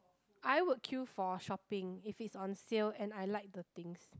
I would queue for shopping if it's on sale and I like the things